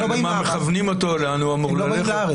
מכוונים אותו לאן הוא אמור ללכת?